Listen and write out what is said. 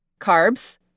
carbs